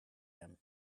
him